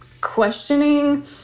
questioning